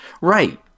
Right